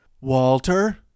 Walter